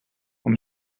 hom